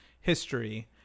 history